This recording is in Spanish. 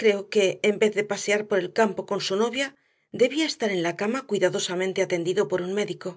creo que en vez de pasear por el campo con su novia debía estar en la cama cuidadosamente atendido por un médico